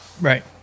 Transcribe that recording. Right